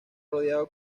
rodeado